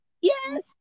Yes